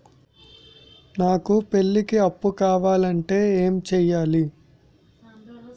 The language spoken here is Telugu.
నాకు పెళ్లికి అప్పు కావాలంటే ఏం చేయాలి?